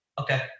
okay